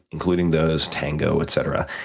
including those tango, etc,